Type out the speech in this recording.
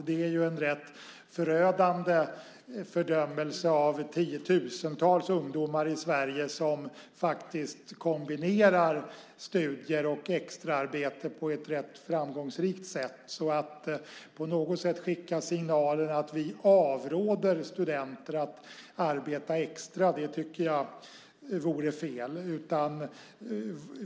Det vore en förödande fördömelse av tiotusentals ungdomar i Sverige som faktiskt kombinerar studier och extraarbete på ett rätt framgångsrikt sätt. Att skicka signalen att vi avråder studenter från att arbeta extra tycker jag vore fel.